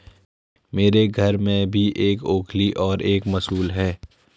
मेरे घर में भी एक ओखली और एक मूसल है